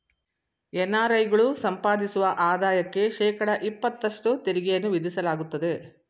NRI ಗಳು ಸಂಪಾದಿಸುವ ಆದಾಯಕ್ಕೆ ಶೇಕಡ ಇಪತ್ತಷ್ಟು ತೆರಿಗೆಯನ್ನು ವಿಧಿಸಲಾಗುತ್ತದೆ